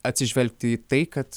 atsižvelgti į tai kad